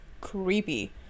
Creepy